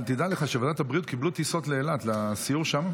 אבל תדע לך שבוועדת הבריאות קיבלו טיסות לאילת לסיור שם.